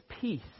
peace